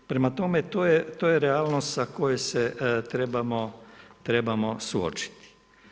Prema tome, to je realnost s kojom se trebamo suočiti.